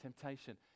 temptation